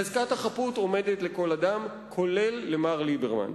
חזקת החפות עומדת לכל אדם, כולל מר ליברמן.